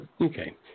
Okay